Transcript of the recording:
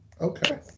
okay